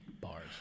bars